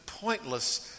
pointless